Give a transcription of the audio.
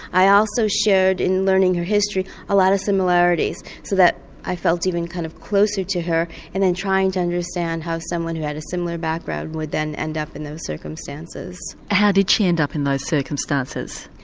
i also showed in learning her history a lot of similarities, so that i felt even kind of closer to her and then trying to understand how someone who had a similar background would then end up in those circumstances. how did she end up in those circumstances?